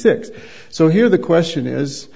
six so here the question is